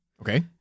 Okay